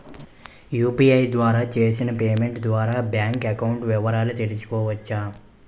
UPI ద్వారా చేసిన payment ద్వారా బ్యాంక్ అకౌంట్ వివరాలు తెలుసుకోవచ్చ?